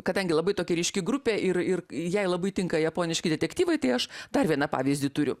kadangi labai tokia ryški grupė ir ir jai labai tinka japoniški detektyvai tai aš dar vieną pavyzdį turiu